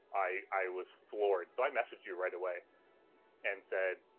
i i was floored. so i messaged you right away and said,